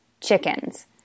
chickens